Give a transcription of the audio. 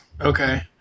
Okay